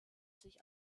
sich